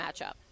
matchup